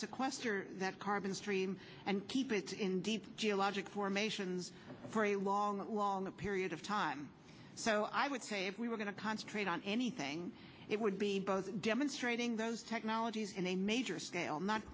sequester that carbon stream and keep it in deep geologic formations for a long long period of time so i would say if we were going to concentrate on anything it would be both demonstrating those technologies in a major scale not